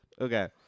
Okay